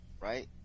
right